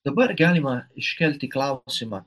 dabar galima iškelti klausimą